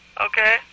Okay